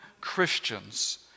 Christians